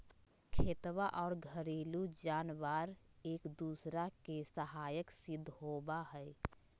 खेतवा और घरेलू जानवार एक दूसरा के सहायक सिद्ध होबा हई